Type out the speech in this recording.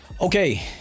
Okay